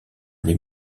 les